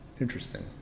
Interesting